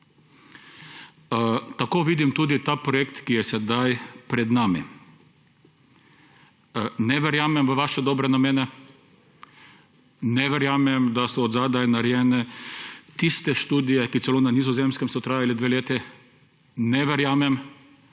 Tako vidim tudi ta projekt, ki je sedaj pred nami. Ne verjamem v vaše dobre namene, ne verjamem, da so zadaj narejene tiste študije, ki so celo na Nizozemskem trajale dve leti, ne verjamem,